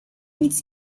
nic